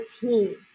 team